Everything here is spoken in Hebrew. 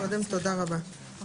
עד כאן התיקונים, אדוני.